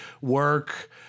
work